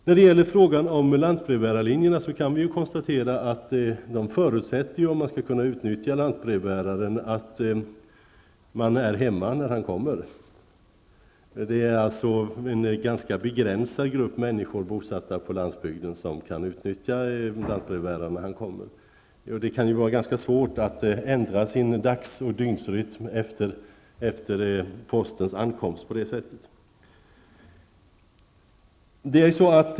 När det gäller frågan om lantbrevbärarlinjerna kan vi konstatera att man, om man skall kunna utnyttja lantbrevbäraren, måste vara hemma när han kommer. Det är alltså en ganska begränsad grupp människor bosatta på landsbygden som kan utnyttja lantbrevbärarens tjänster. Det kan vara ganska svårt att ändra sitt dagsprogram eller sin dygnsrytm efter postens ankomst.